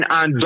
on